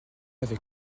avec